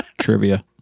Trivia